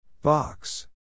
Box